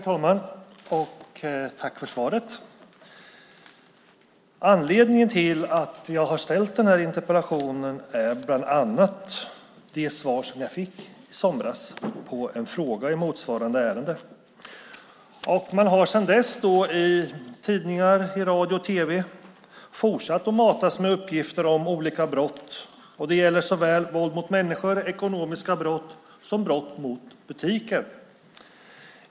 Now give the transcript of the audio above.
Fru talman! Jag tackar justitieministern för svaret. Anledningen till att jag har ställt den här interpellationen är bland annat det svar som jag fick i somras på en fråga i motsvarande ärende. Man har sedan dess i tidningar, radio och tv fortsatt att matas med uppgifter om olika brott. Det gäller såväl våld mot människor, ekonomiska brott som brott mot butiker.